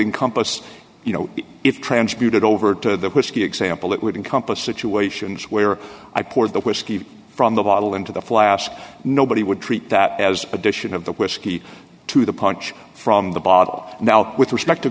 encompass you know if trans butin over to the whiskey example it would encompass situations where i poured the whisky from the bottle into the flask nobody would treat that as addition of the whiskey to the punch from the bottle now with respect to